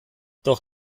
doch